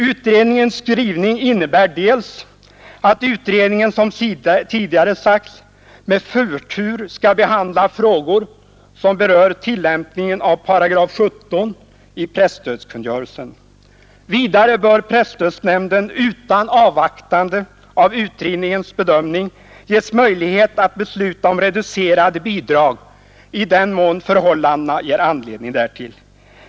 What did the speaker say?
Utskottets skrivning innebär att utredningen, som tidigare sagts, med förtur skall behandla frågor som berör tillämpningen av 17 8 i presstödskungörelsen. Vidare bör presstödsnämnden utan avvaktan av utredningens bedömning ges möjlighet att besluta om reducerade bidrag i den mån förhållandena ger anledning därtill.